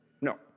No